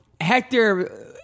Hector